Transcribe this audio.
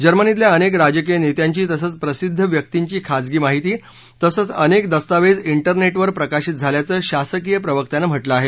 जर्मनीतल्या अनेक राजकीय नेत्यांची तसंच प्रसिध्द व्यक्तींची खाजगी माहिती तसंच अनेक दस्तावेज विरनेटवर प्रकाशित झाल्याचं शासकीय प्रवक्त्यानं म्हटलं आहे